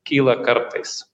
kyla kartais